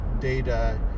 data